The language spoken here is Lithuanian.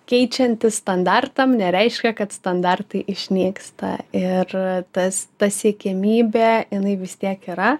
keičiantis standartam nereiškia kad standartai išnyksta ir tas ta siekiamybė jinai vis tiek yra